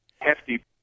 Hefty